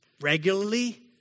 regularly